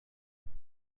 برای